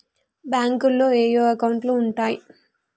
బ్యాంకులో ఏయే అకౌంట్లు ఉంటయ్?